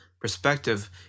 perspective